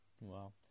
Wow